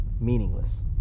meaningless